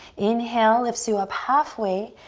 inhale, lifts you up halfway.